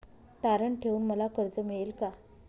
तारण ठेवून मला कर्ज मिळेल का?